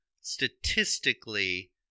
statistically